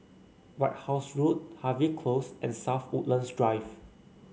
White House Road Harvey Close and South Woodlands Drive